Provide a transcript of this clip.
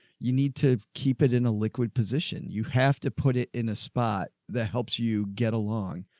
you need to keep it in a liquid position. you have to put it in a spot that helps you get along.